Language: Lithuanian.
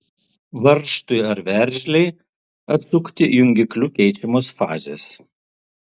varžtui ar veržlei atsukti jungikliu keičiamos fazės